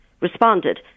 responded